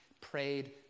prayed